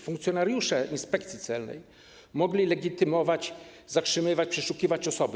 Funkcjonariusze Inspekcji Celnej mogli legitymować, zatrzymywać i przeszukiwać osoby.